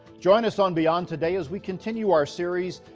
join us on beyond today as we continue our series,